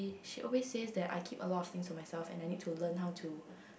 she always says that I keep a lot of things to myself and I need to learn how to